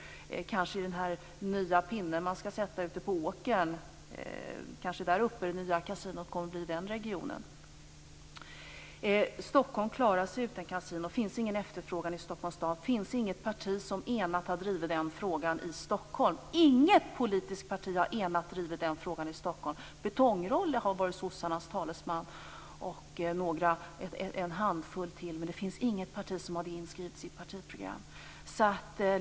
Det kanske blir i den här nya pinnen som man skall sätta upp ute på åkern. Det kanske är däruppe, i den regionen, som det nya kasinot kommer att ligga. Stockholm klarar sig utan kasino. Det finns ingen efterfrågan i Stockholms stad. Det finns inget parti som enat har drivit den frågan i Stockholm. Inget politiskt parti har enat drivit den frågan i Stockholm. Betong-Rolle har varit sossarnas talesman tillsammans med en handfull till. Men det finns inget parti som har detta inskrivet i sitt partiprogram.